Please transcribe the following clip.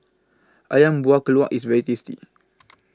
Ayam Buah Keluak IS very tasty